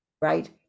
Right